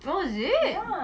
oh is it